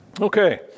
Okay